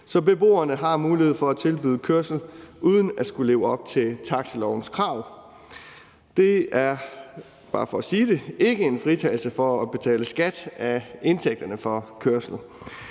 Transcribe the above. så beboerne har mulighed for at tilbyde kørsel uden at skulle leve op til taxilovens krav. Det er – bare for at sige det – ikke en fritagelse fra at betale skat af indtægterne fra kørslen.